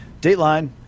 Dateline